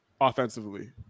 offensively